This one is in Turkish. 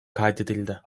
kaydedildi